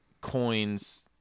coins